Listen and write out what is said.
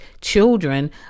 children